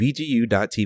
VGU.TV